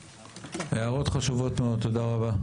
הערות חשובות מאוד, תודה רבה.